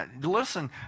listen